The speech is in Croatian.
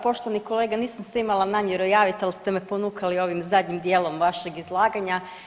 Poštovani kolega, nisam se imala namjeru javit, al ste me ponukali ovim zadnjim dijelom vašeg izlaganja.